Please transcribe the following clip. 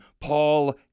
Paul